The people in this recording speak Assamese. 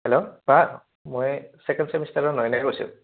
হেল্ল' মই ছেকেণ্ড ছেমিষ্টাৰৰ নয়নে কৈছোঁ